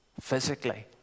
Physically